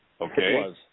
okay